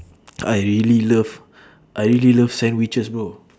I really love I really love sandwiches bro